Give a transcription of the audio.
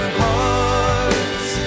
hearts